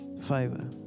favor